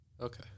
Okay